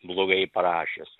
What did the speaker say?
blogai parašęs